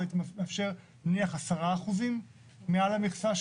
נניח הייתי מאפשר 10% מעל המכסה,